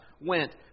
went